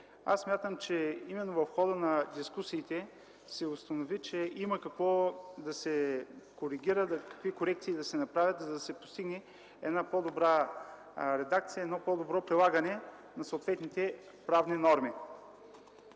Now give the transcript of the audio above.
аз смятам, че именно в хода на дискусиите се установи, че има какво да се коригира, какви корекции да се направят, за да се постигне една по-добра редакция, едно по-добро прилагане на съответните правни норми.